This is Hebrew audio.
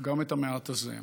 גם את המעט הזה.